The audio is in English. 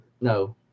no